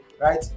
right